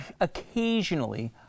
occasionally